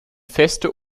feste